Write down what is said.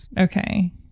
Okay